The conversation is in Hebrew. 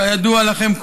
כידוע לכם,